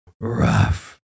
rough